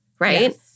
right